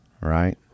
right